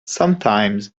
sometimes